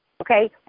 okay